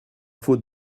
faut